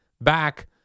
back